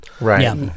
right